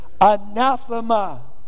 Anathema